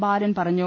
ബാലൻ പറഞ്ഞു